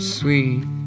sweet